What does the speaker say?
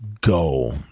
Go